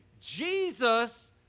jesus